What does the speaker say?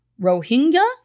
Rohingya